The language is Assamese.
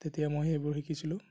তেতিয়া মই সেইবোৰ শিকিছিলোঁ